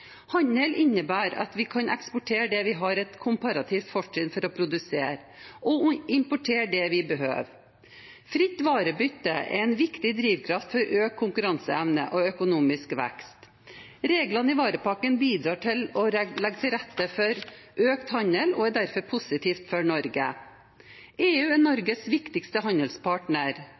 Handel innebærer at vi kan eksportere der vi har et komparativt fortrinn for å produsere, og importere det vi behøver. Fritt varebytte er en viktig drivkraft for økt konkurranseevne og økonomisk vekst. Reglene i varepakken bidrar til å legge til rette for økt handel og er derfor positivt for Norge. EU er Norges viktigste handelspartner.